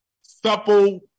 supple